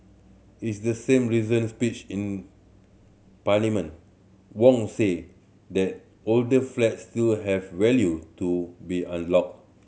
is the same recent speech in Parliament Wong said that older flats still had value to be unlocked